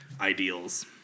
Ideals